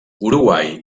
uruguai